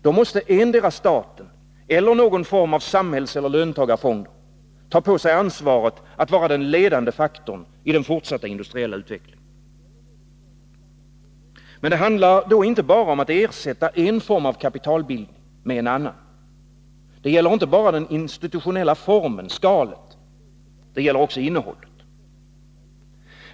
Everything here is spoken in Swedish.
Då måste endera staten eller någon form av samhällseller löntagarfonder ta på sig ansvaret att vara den ledande faktorn i den fortsatta industriella utvecklingen. Men det handlar då inte bara om att ersätta en form av kapitalbildning med en annan. Det gäller inte bara den institutionella formen, skalet. Det gäller också innehållet.